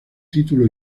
título